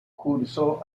cursó